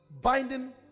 binding